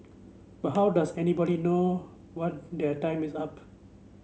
but how does anybody know what their time is up